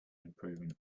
improvement